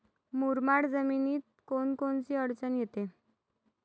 मुरमाड जमीनीत कोनकोनची अडचन येते?